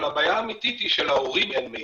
אבל הבעיה האמיתית היא שלהורים אין מידע,